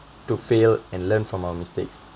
to fail and learn from our mistakes